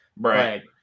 right